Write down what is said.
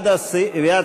כהצעת הוועדה, נתקבל.